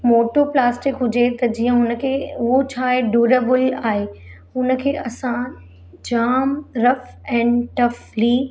मोटो प्लास्टिक हुजे त जीअं हुन खे उहो छाहे ड्यूरेबल आहे हुन खे असां जामु रफ़ एंड टफ़ली